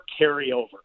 carryover